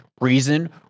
reason